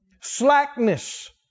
Slackness